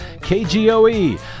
KGOE